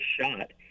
shot